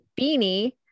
beanie